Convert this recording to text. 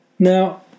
Now